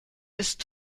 ist